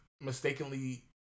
mistakenly